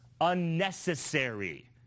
unnecessary